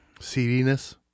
Seediness